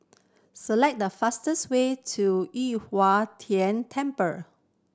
select the fastest way to Yu Huang Tian Temple